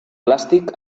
plàstic